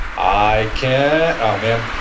i can. oh, man.